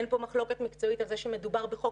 אין פה מחלוקת מקצועית על זה שמדובר בחוק